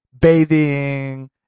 bathing